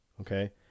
okay